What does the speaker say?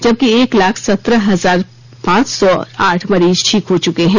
जबकि एक लाख सत्रह हजार पांच सौ आठ मरीज ठीक हुए हैं